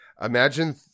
Imagine